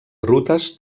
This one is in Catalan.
rutes